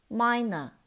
minor